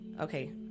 okay